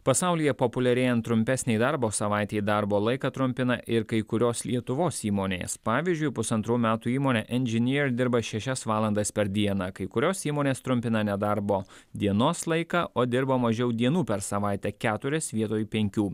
pasaulyje populiarėjant trumpesnei darbo savaitei darbo laiką trumpina ir kai kurios lietuvos įmonės pavyzdžiui pusantrų metų įmonė engineer dirba šešias valandas per dieną kai kurios įmonės trumpina nedarbo dienos laiką o dirba mažiau dienų per savaitę keturias vietoj penkių